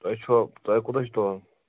تۄہہِ چھو تۄہہِ کوٗتاہ چھِ تُلُن